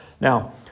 Now